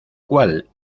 cual